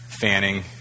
fanning